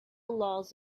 laws